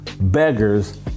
Beggars